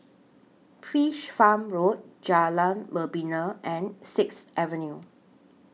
Fish Farm Road Jalan Membina and Sixth Avenue